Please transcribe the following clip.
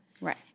Right